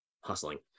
hustling